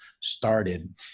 started